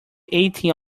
eigtheen